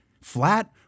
flat